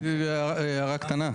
הערה קטנה.